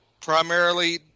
Primarily